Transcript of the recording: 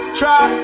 try